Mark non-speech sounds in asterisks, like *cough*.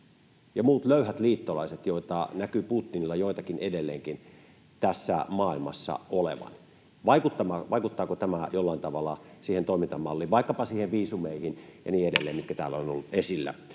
ja muut löyhät liittolaiset, joita näkyy Putinilla joitakin edelleenkin tässä maailmassa olevan? Vaikuttaako tämä jollain tavalla siihen toimintamalliin, vaikkapa niihin viisumeihin ja niin edelleen, *noise*